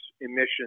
emissions